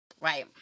right